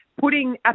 Putting